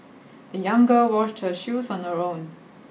the young girl washed her shoes on her own